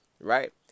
right